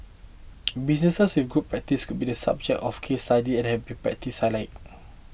businesses with good practice could be the subject of case study and have be practice highlighted